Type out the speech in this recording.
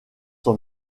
son